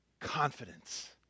confidence